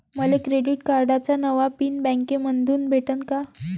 मले क्रेडिट कार्डाचा नवा पिन बँकेमंधून भेटन का?